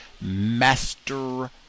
Master